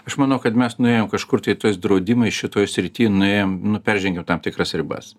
aš manau kad mes nuėjom kažkur tai tais draudimais šitoj srity nuėjom nu peržengėm tam tikras ribas